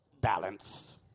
Balance